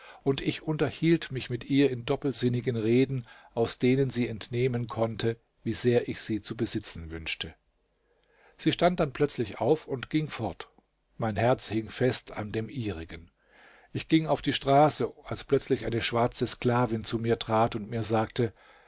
und ich unterhielt mich mit ihr in doppelsinnigen reden aus denen sie entnehmen konnte wie sehr ich sie zu besitzen wünschte sie stand dann plötzlich auf und ging fort mein herz hing fest an dem ihrigen ich ging auf die straße als plötzlich eine schwarze sklavin zu mir trat und mir sagte